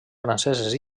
franceses